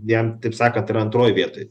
jam taip sakant yra antroj vietoj